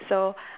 so